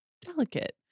delicate